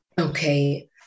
okay